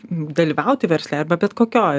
dalyvauti versle arba bet kokioj